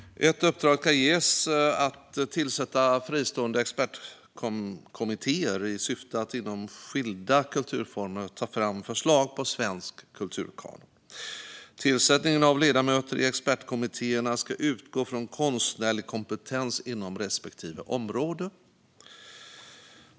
Ett uppdrag ska ges att tillsätta fristående expertkommittéer i syfte att inom skilda kulturformer ta fram förslag på svensk kulturkanon. Tillsättningen av ledamöter i expertkommittéerna ska utgå från konstnärlig kompetens inom respektive område.